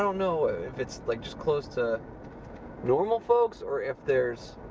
know if it's like just closed to normal folks or if there's